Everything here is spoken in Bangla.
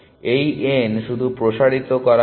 এই n শুধু প্রসারিত করা হয়েছে